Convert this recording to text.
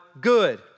good